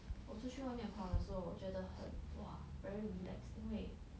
我出去外面跑的时候我觉得很 !wah! very relax 因为